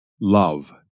Love